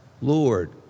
Lord